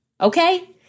Okay